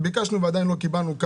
ביקשנו ועדיין לא קיבלנו,